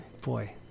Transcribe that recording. boy